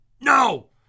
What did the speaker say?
No